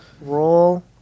roll